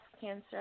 cancer